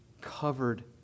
Covered